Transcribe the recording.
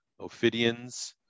Ophidians